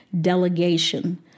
delegation